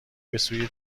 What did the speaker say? بسوی